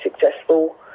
successful